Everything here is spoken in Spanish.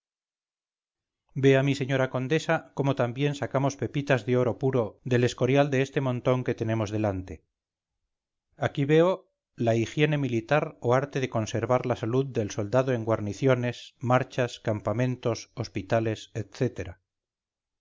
vea mi señora condesa cómo también sacamos pepitas de oro puro del escorial de este montón que tenemos delante aquí veo la higiene militar o arte de conservar la salud del soldado en guarniciones marchas campamentos hospitales